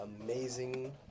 Amazing